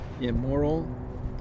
immoral